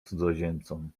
cudzoziemcom